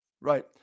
Right